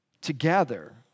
together